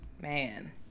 Man